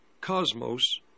cosmos